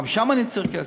גם לשם אני צריך כסף.